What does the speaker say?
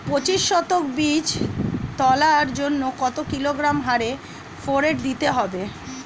পঁচিশ শতক বীজ তলার জন্য কত কিলোগ্রাম হারে ফোরেট দিতে হবে?